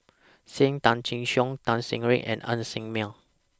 SAM Tan Chin Siong Tan Ser Cher and Ng Ser Miang